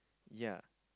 yeah